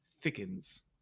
thickens